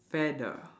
fad ah